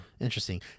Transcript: Interesting